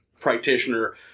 practitioner